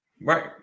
Right